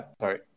sorry